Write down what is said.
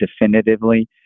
definitively